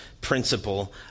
principle